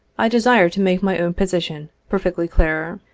i desire to make my own position per fectly clear.